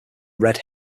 red